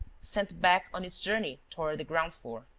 sent back on its journey toward the ground floor.